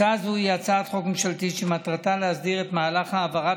הצעה זו היא הצעת חוק ממשלתית שמטרתה להסדיר את מהלך העברת